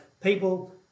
people